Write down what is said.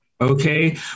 okay